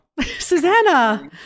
Susanna